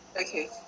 Okay